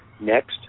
Next